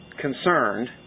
concerned